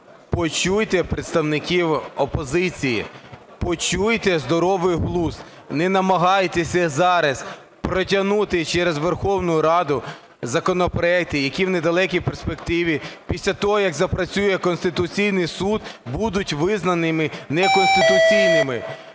почуйте представників опозиції, почуйте здоровий глузд! Не намагайтеся зараз протягнути через Верховну Раду законопроекти, які в недалекій перспективі, після того, як запрацює Конституційний Суд, будуть визнані неконституційними.